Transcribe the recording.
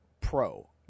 Pro